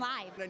Live